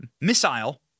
missile